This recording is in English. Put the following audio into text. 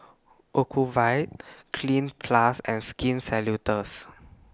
Ocuvite Cleanz Plus and Skin